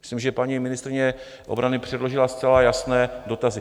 Myslím, že paní ministryně obrany předložila zcela jasné dotazy.